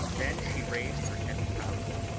then she raised her head proudly,